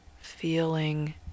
feeling